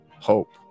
hope